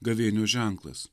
gavėnios ženklas